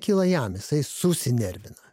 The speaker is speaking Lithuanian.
kyla jam jisai susinervina